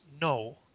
no